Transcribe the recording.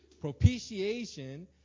Propitiation